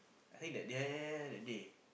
I think that day that day